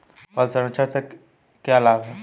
फल संरक्षण से क्या लाभ है?